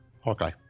Hawkeye